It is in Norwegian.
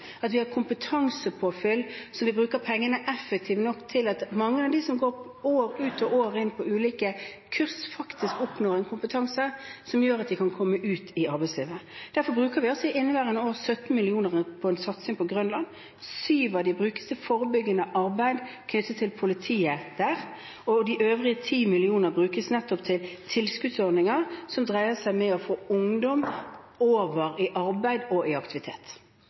at vi har kompetansepåfyll, at vi bruker pengene effektivt nok til at mange av dem som går år ut og år inn på ulike kurs, faktisk oppnår en kompetanse som gjør at de kan komme seg ut i arbeidslivet. Derfor bruker vi i inneværende år 17 mill. kr på en satsing på Grønland – 7 mill. kr brukes på forebyggende arbeid knyttet til politiet der, og de øvrige 10 mill. kr brukes nettopp til tilskuddsordninger som dreier seg om å få ungdom over i arbeid og aktivitet.